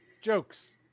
jokes